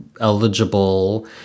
eligible